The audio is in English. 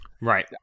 Right